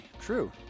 True